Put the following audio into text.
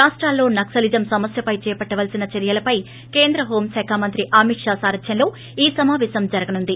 రాష్ట్రాల్లో నక్సలిజం సమస్యపై చేపట్టవలసిన చర్చలపై కేంద్ర హోంశాఖ మంత్రి అమిత్ షా సారథ్యంలో ఈ సమావేశం జరుగనుంది